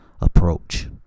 approach